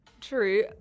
True